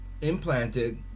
implanted